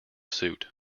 suit